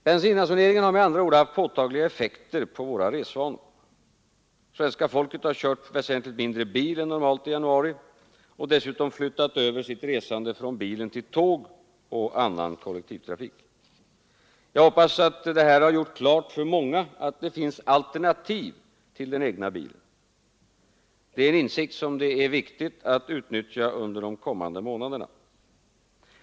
Bensinransoneringen har med andra ord haft påtagliga effekter på våra resvanor. Svenska folket har kört väsentligt mindre bil under januari och dessutom flyttat över sitt resande från bilen till tåg och annan kollektivtrafik. Jag hoppas att detta har gjort klart för många att det finns alternativ till den egna bilen. Det är en insikt som det är viktigt att utnyttja under de kommande månaderna.